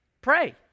Pray